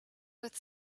with